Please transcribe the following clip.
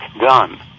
done